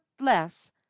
less